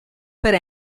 per